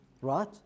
right